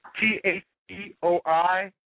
T-H-E-O-I